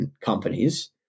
companies